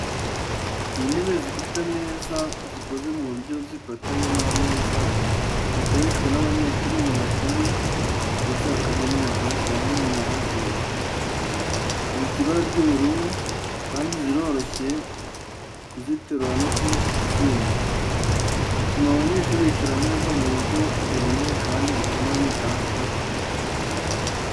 Ni intebe zifite ameza zikoze mu buryo zifatanye n’ameza, zikoreshwa n’abanyeshuri mu mashuri, muri za kaminuza, cyangwa mu mahugurwa. Zifite ibara ry’ubururu, kandi ziroroshye kuziterura no kuzimura, zituma abanyeshuri bicara neza mu buryo buboneye kandi butuma biga batuje.